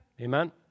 Amen